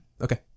Okay